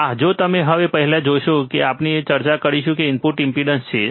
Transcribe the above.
આહ જો તમે પહેલા જોશો જેની આપણે ચર્ચા કરીશું તે ઇનપુટ ઇમ્પેડન્સ છે